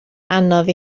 anodd